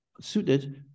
suited